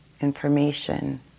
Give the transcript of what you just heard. information